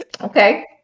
Okay